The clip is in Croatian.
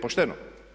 Pošteno?